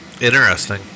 Interesting